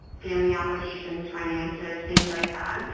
family obligations, finances, things like that.